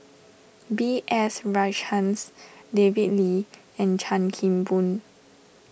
B S Rajhans David Lee and Chan Kim Boon